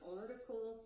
article